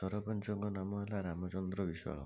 ସରପଞ୍ଚଙ୍କ ନାମ ହେଲା ରାମଚନ୍ଦ୍ର ବିଶ୍ୱାଳ